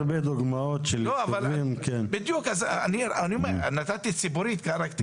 זה עובד מאוד לאט.